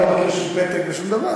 אני לא מכיר שום פתק ושום דבר,